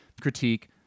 critique